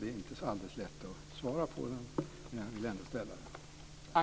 Det är inte alldeles lätt att svara på den, men jag vill ändå ställa den.